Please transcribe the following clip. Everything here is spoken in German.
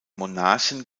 monarchen